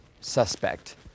suspect